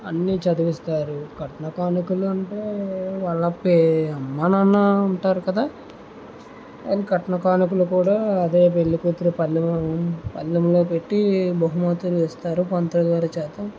అన్ని చదివిస్తారు కట్న కానుకలు అంటే వాళ్ళ పే అమ్మ నాన్న ఉంటారు కదా వాళ్ళు కట్న కానుకలు కూడా అదే పెళ్ళి కూతురు పళ్ళంలో పళ్ళెంలో పెట్టి బహుమతులు ఇస్తారు పంతులుగారు చేత